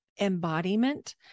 embodiment